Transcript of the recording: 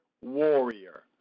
warrior